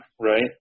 right